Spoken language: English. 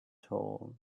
told